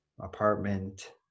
apartment